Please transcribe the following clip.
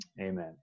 amen